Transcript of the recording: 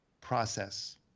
process